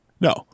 No